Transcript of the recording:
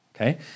Okay